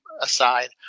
Aside